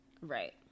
Right